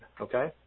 okay